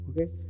Okay